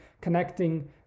connecting